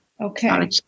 okay